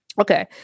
Okay